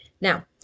Now